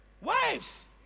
Wives